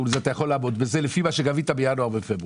לפי מה שגבית בינואר ופברואר.